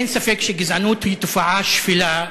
אין ספק שגזענות היא תופעה שפלה,